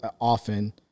Often